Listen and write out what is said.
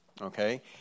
okay